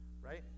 right